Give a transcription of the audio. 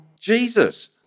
Jesus